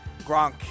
Gronk